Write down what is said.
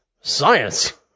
science